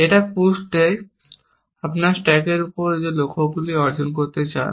এটা পুসড দেয় আপনি স্ট্যাকের উপর যে লক্ষ্যগুলি অর্জন করতে চান